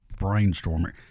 brainstorming